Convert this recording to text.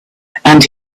and